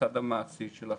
בצד המעשי של החיים.